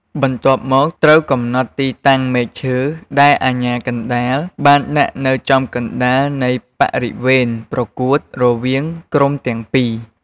បន្ទាប់មក ត្រូវកំណត់ ទីតាំងមែកឈើ ដែលអាជ្ញាកណ្ដាលបានដាក់នៅចំកណ្ដាលនៃបរិវេនប្រកួតរវាងក្រុមទាំងពី